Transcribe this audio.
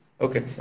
Okay